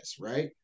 right